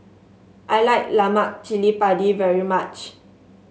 I like Lemak Cili Padi very much